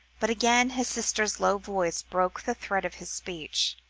but again his sister's low voice broke the thread of his speech.